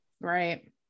Right